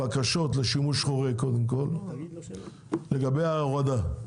בקשות לשימוש חורג, קודם כל, לגבי ההורדה.